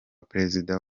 perezida